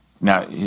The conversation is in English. Now